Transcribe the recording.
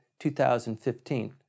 2015